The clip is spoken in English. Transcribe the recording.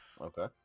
Okay